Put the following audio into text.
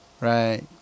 right